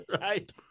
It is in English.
Right